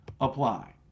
apply